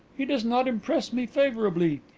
he does not impress me favourably.